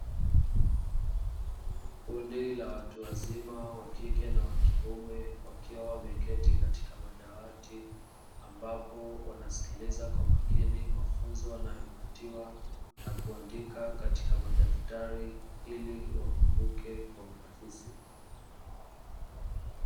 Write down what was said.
Kundi la watu wazima wakike na wakiume wakiwa wameketi katika madawati, ambapo wanasikiliza kwa makini mafunzo wanayopatiwa na kuandika katika madaftari; ili wakumbuke kwa urahisi.